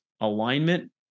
alignment